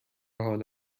حال